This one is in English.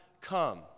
come